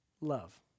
love